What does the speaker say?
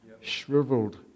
Shriveled